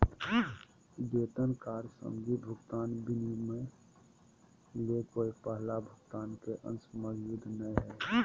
वेतन कार्य संबंधी भुगतान विनिमय ले कोय पहला भुगतान के अंश मौजूद नय हइ